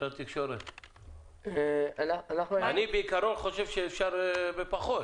אני חושב שאפשר בפחות